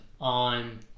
on